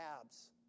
abs